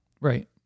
Right